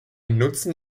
nutzen